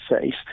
face